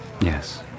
Yes